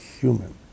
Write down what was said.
human